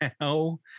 now